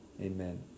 amen